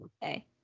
hey